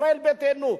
ישראל ביתנו.